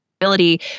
ability